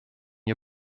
you